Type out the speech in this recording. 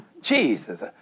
Jesus